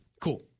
cool